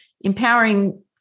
empowering